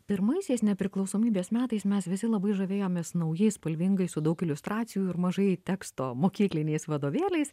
pirmaisiais nepriklausomybės metais mes visi labai žavėjomės naujais spalvingais su daug iliustracijų ir mažai teksto mokykliniais vadovėliais